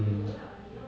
mm